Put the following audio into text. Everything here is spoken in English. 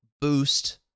boost